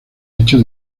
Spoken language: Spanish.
hecho